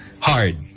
hard